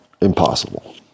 impossible